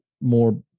more